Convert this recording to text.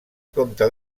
comte